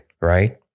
right